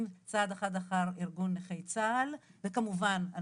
צעד אחר צעד אחר ארגון נכי צה"ל וכמובן,